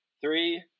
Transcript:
Three